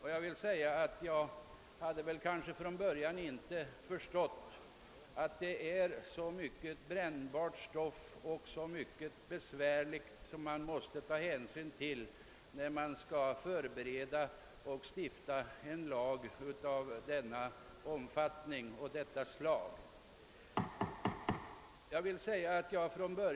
Från början förstod jag väl inte att det kunde vara så mycket brännbart stoff och så många besvärligheter att ta hänsyn till, när vi skulle förbereda och stifta en lag av detta slag och denna omfattning.